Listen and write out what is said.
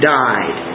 died